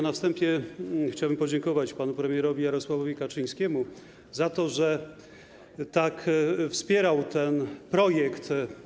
Na wstępie chciałbym podziękować panu premierowi Jarosławowi Kaczyńskiemu za to, że tak wspierał ten projekt.